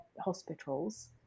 hospitals